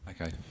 Okay